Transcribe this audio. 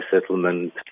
settlement